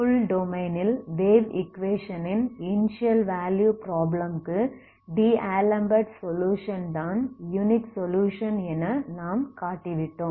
full டொமைனில் wave equation ன் initial value problem க்கு டி ஆலம்பெர்ட் சொலுயுஷன் தான் யுனிக் சொலுயுஷன் என நாம் காட்டிவிட்டோம்